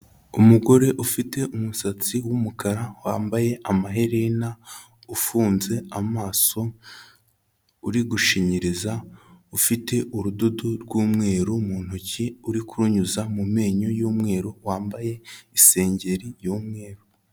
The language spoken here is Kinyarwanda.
Umugore ufite umusatsi w'umukara, wambaye amaherena, ufunze amaso, uri gushinyiriza, ufite urudodo rw'umweru mu ntoki, uri kurunyuza mu menyo y'umweru, wambaye isengeri y'umweru.